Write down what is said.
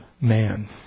man